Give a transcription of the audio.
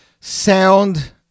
sound